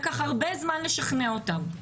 לקח הרבה זמן לשכנע אותם,